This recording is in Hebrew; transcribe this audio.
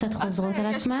הן קצת חוזרות על עצמן.